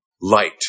light